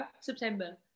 September